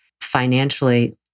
financially